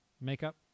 Makeup